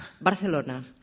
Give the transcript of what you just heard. Barcelona